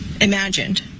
imagined